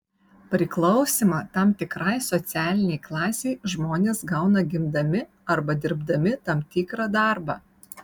priklausymą tam tikrai socialinei klasei žmonės gauna gimdami arba dirbdami tam tikrą darbą